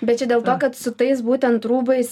bet čia dėl to kad su tais būtent rūbais